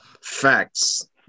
Facts